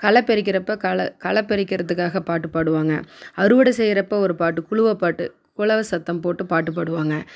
களை பறிக்கிறப்போ களை களை பறிக்கிறதுக்காக பாட்டு பாடுவாங்க அறுவடை செய்கிறப்ப ஒரு பாட்டு குலவை பாட்டு குலவ சத்தம் போட்டு பாட்டு பாடுவாங்க